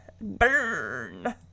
Burn